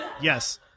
yes